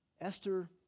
Esther